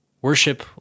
worship